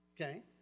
Okay